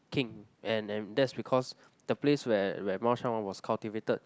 king and and that's because the place where where 猫山王:Mao-Shan-Wang was cultivated